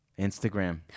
Instagram